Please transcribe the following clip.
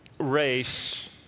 race